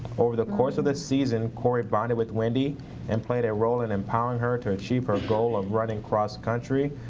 over the course of the season, corrie bonded with wendy and played a role in empowering her to achieve her goal of running cross country.